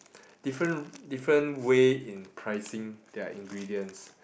different different way in pricing their ingredients